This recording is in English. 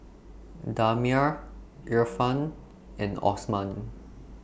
Damia Irfan and Osman